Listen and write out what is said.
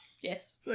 Yes